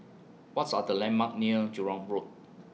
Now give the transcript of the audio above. What's Are The landmarks near Jurong Road